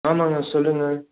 ஆமாங்க சொல்லுங்க